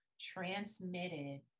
transmitted